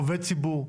עובד ציבור,